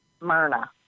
Myrna